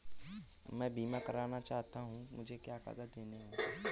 मैं बीमा करना चाहूं तो मुझे क्या क्या कागज़ देने होंगे?